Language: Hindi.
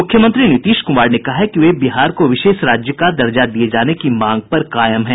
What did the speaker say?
मूख्यमंत्री नीतीश कुमार ने कहा है कि वे बिहार को विशेष राज्य का दर्जा दिये जाने की मांग पर कायम है